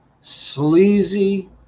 sleazy